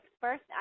first